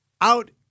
out